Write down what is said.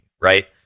right